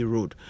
Road